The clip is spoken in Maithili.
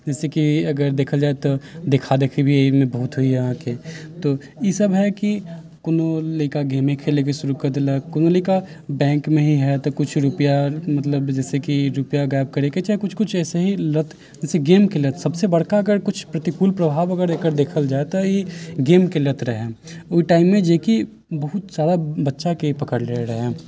जाहिसे कि अगर देखल जाइ तऽ देखा देखि भी एहिमे बहुत होइया अहाँके तऽ ईसभ है कि कोनो लड़का गेमे खेलैके शुरु कय देलक कोनो लड़का बैंकमे ही है तऽ कुछ रुपैआ मतलब जइसे कि रुपैआ गायब करैके चाहे किछु किछु एहिसे ही लत जइसे गेमके लत सभसँ बड़का अगर किछु प्रतिकूल प्रभाव एकर देखल जाइ तऽ ई गेमके लत रहै ओहि टाइममे जेकि बहुत जादा बच्चाके ई पकड़ले रहै